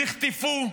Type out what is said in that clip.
נחטפו,